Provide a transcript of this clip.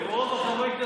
אדוני סגן השר, בבקשה.